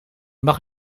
mag